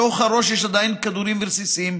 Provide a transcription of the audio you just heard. בתוך הראש יש עדיין כדורים ורסיסים,